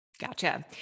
Gotcha